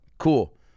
cool